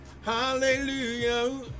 Hallelujah